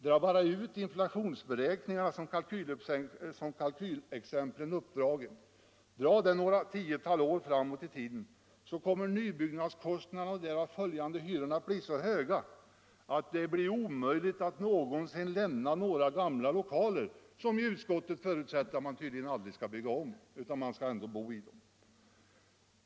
Dra bara ut inflationsberäkningarna, som kalkylexemplen innehåller, några tiotal år framåt i tiden, så kommer nybyggnadskostnaderna och den därav följande hyran att bli så höga att det blir omöjligt att någonsin lämna de gamla lokalerna, som utskottet tydligen förutsätter att man aldrig skall bygga om — och ändå bo i dem!